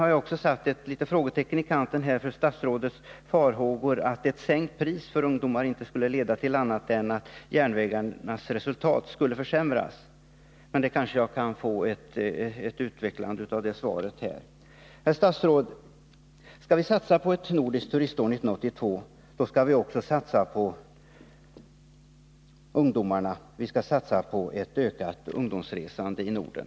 Jag har också satt ett litet frågetecken när det gäller statsrådets farhågor för att ett sänkt pris för ungdomar inte skulle leda till annat än att järnvägarnas resultat skulle försämras. Statsrådet kanske vill utveckla detta. Herr statsråd! Skall vi satsa på ett nordiskt turistår 1982, så skall vi också satsa på ungdomarna. Vi skall satsa på ett ökat ungdomsresande i Norden.